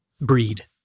breed